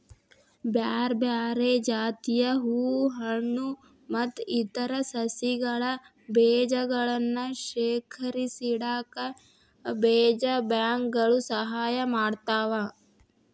ಬ್ಯಾರ್ಬ್ಯಾರೇ ಜಾತಿಯ ಹೂ ಹಣ್ಣು ಮತ್ತ್ ಇತರ ಸಸಿಗಳ ಬೇಜಗಳನ್ನ ಶೇಖರಿಸಿಇಡಾಕ ಬೇಜ ಬ್ಯಾಂಕ್ ಗಳು ಸಹಾಯ ಮಾಡ್ತಾವ